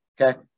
okay